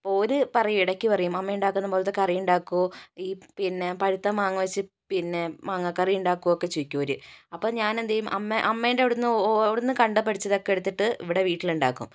അപ്പോൾ അവര് പറയും ഇടയ്ക്ക് പറയും അമ്മ ഉണ്ടാക്കുന്ന പോലത്തെ കറി ഉണ്ടാക്കുവോ ഈ പിന്നെ പഴുത്ത മാങ്ങ വച്ച് പിന്നെ മാങ്ങാക്കറി ഉണ്ടാക്കുമോയെന്നൊക്കെ ചോദിക്കും അവര് അപ്പോൾ ഞാൻ എന്ത് ചെയ്യും അമ്മ അമ്മേൻ്റെവിടെ നിന്ന് അവിടെ നിന്ന് കണ്ട് പഠിച്ചത് ഒക്കെയെടുത്തിട്ട് ഇവിടെ വീട്ടിലുണ്ടാക്കും